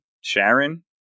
Sharon